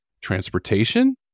transportation